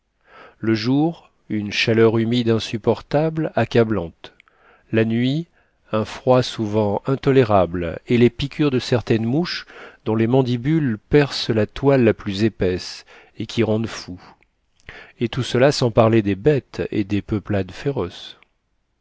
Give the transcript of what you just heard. le jour une chaleur humide insupportable acca blante la nuit un froid souvent intolérable et les piqûres de certaines mouches dont les mandibules percent la toile la plus épaisse et qui rendent fou et tout cela sans parler des bêtes et des peuplades féroces